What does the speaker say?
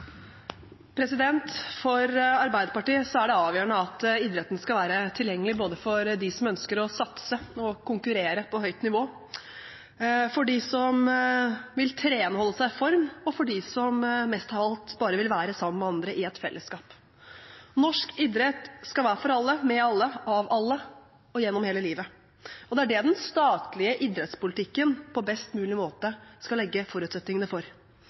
For Arbeiderpartiet er det avgjørende at idretten skal være tilgjengelig både for dem som ønsker å satse og konkurrere på høyt nivå, for dem som vil trene og holde seg i form og for dem som mest av alt bare vil være sammen med andre i et fellesskap. Norsk idrett skal være for alle, med alle, av alle og gjennom hele livet. Det er det den statlige idrettspolitikken på best mulig måte skal legge forutsetningene for.